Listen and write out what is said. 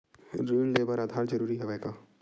ऋण ले बर आधार जरूरी हवय का?